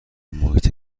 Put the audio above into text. محیط